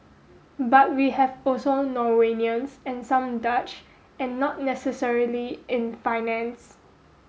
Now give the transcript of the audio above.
but we have also Norwegians and some Dutch and not necessarily in finance